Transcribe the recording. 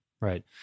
right